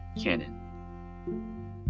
Canon